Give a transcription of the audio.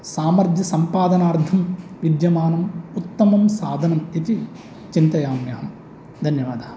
सामर्थ्यसम्पादनार्थं विद्यमानम् उत्तमं साधनम् इति चिन्तयामि अहं धन्यवादाः